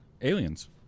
aliens